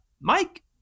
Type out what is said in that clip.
Mike